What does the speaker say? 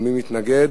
מי מתנגד?